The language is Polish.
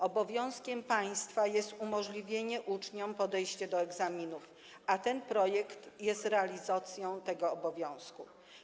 Obowiązkiem państwa jest umożliwienie uczniom podejścia do egzaminów, a ten projekt jest realizacją tego obowiązku.